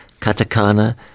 katakana